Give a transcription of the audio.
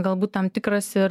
galbūt tam tikras ir